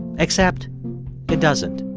except it doesn't.